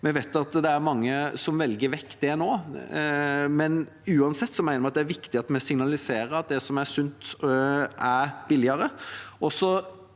Vi vet at det er mange som velger det vekk nå, men uansett mener vi det er viktig at vi signaliserer at det som er sunt, er billigere.